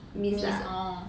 miss orh